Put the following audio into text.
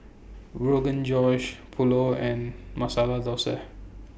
Rogan Josh Pulao and Masala Dosa